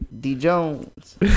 D-Jones